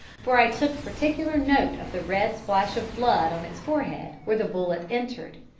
for i took particular note of the red splash of blood on its forehead where the bullet entered,